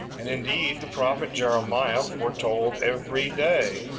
and indeed the prophet jeremiah foretold every day,